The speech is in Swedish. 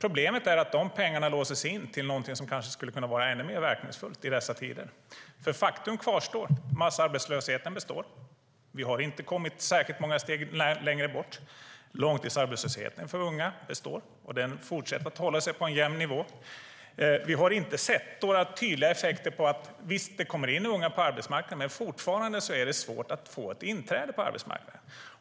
Problemet är att pengarna låses in i stället för att användas till någonting som kanske skulle kunna vara ännu mer verkningsfullt i dessa tider, för faktum kvarstår att massarbetslösheten består. Långtidsarbetslösheten för unga består och fortsätter att hålla sig på en jämn nivå. Visst kommer det in unga på arbetsmarknaden, men det är fortfarande svårt för dem att få tillträde till arbetsmarknaden.